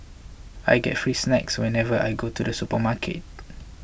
I get free snacks whenever I go to the supermarket